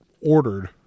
ordered